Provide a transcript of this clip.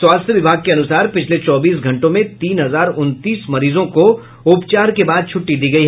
स्वास्थ्य विभाग के अनुसार पिछले चौबीस घंटों में तीन हजार उनतीस मरीजों को उपचार के बाद छ्टटी दी गयी